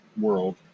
world